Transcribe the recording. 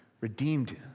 redeemed